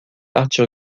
arthur